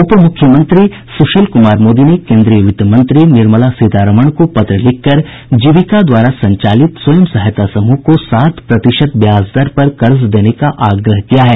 उप मुख्यमंत्री सुशील कुमार मोदी ने केन्द्रीय वित्त मंत्री निर्मला सीतारमण को पत्र लिखकर जीविका द्वारा संचालित स्वयं सहायता समूह को सात प्रतिशत ब्याज दर पर कर्ज देने का आग्रह किया है